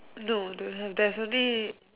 no don't have there is only